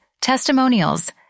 testimonials